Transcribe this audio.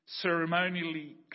ceremonially